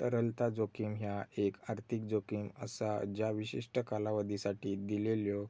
तरलता जोखीम ह्या एक आर्थिक जोखीम असा ज्या विशिष्ट कालावधीसाठी दिलेल्यो